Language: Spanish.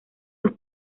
sus